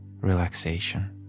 relaxation